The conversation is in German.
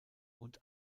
und